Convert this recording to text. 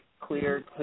clear